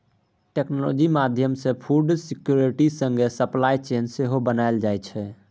technology माध्यमसँ food security संगे supply chain सेहो बनाएल जाइ छै